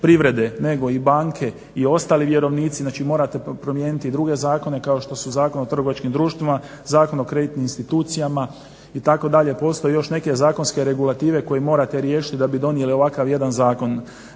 privrede nego i banke i ostali vjerovnici. Znači, morate promijeniti i druge zakone kao što su Zakon o trgovačkim društvima, Zakon o kreditnim institucijama itd. Postoje još neke zakonske regulative koje morate riješiti da bi donijeli ovakav jedan zakon.